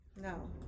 No